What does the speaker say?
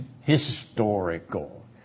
historical